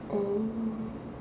um